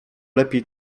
lepiej